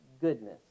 goodness